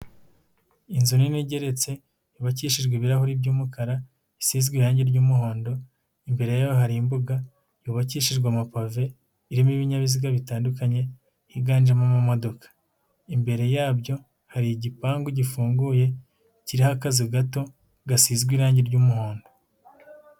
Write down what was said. Inzu nini igeretse, yubakishijwe ibirahuri by'umukara, isizwe irangi ry'umuhondo, imbere yaho hari imbuga, yubakishijwe amapave, irimo ibinyabiziga bitandukanye, higanjemo amamodoka. Imbere yabyo hari igipangu gifunguye, kiriho akazu gato, gasizwe irangi ry'umuhondo.